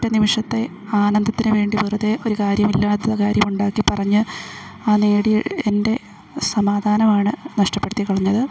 ഒറ്റ നിമിഷത്തെ ആനന്ദത്തിനുവേണ്ടി വെറുതെ ഒരു കാര്യമില്ലാത്ത കാര്യമുണ്ടാക്കിപ്പറഞ്ഞ് ആ നേടിയ എൻ്റെ സമാധാനമാണു നഷ്ടപ്പെടുത്തിക്കളഞ്ഞത്